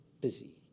busy